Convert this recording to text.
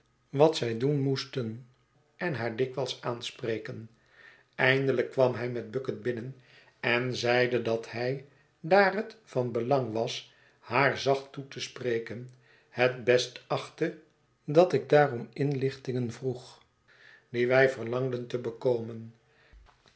wat zij doen moesten en haar dikwijls aanspreken eindelijk kwam hij met bucket binnen en zeide dat hij daar het van belang was haar zacht toe te spreken het best achtte dat ik haar om de inlichtingen vroeg die wij verlangden te bekomen